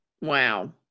Wow